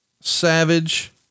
Savage